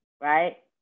right